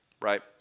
right